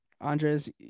Andres